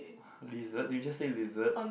lizard did you just say lizard